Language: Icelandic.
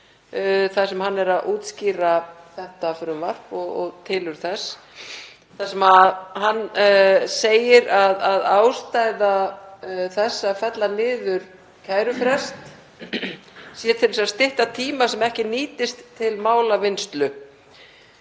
þar sem hann útskýrir þetta frumvarp og tilurð þess, þar sem hann segir að ástæða þess að fella niður kærufrest sé að stytta tíma sem ekki nýtist til málavinnslu.